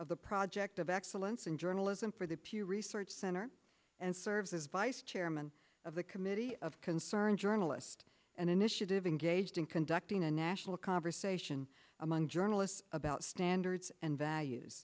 of the project of excellence in journalism for the pew research center and served as vice chairman of the committee of concerned journalist and initiative engaged in conducting a national conversation among journalists about standards and values